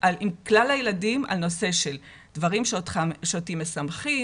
עם כלל הילדים על נושא של דברים שאותי משמחים.